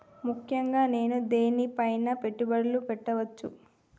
ముఖ్యంగా నేను దేని పైనా పెట్టుబడులు పెట్టవచ్చు?